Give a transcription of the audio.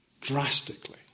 drastically